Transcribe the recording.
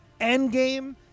Endgame